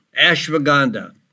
ashwagandha